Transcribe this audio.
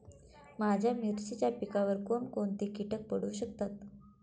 माझ्या मिरचीच्या पिकावर कोण कोणते कीटक पडू शकतात?